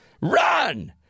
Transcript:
Run